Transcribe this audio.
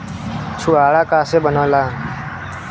छुआरा का से बनेगा?